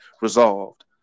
resolved